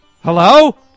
Hello